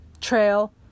trail